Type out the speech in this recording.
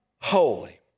holy